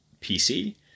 PC